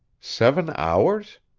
seven hours!